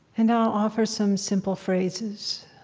and now i'll offer some simple phrases.